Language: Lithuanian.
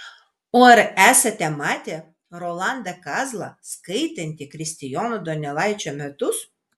o ar esate matę rolandą kazlą skaitantį kristijono donelaičio metus